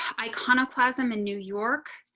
iconoclasm in new york.